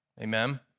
Amen